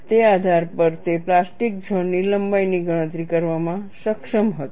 તે આધાર પર તે પ્લાસ્ટિક ઝોન ની લંબાઈની ગણતરી કરવામાં સક્ષમ હતો